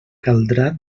caldrà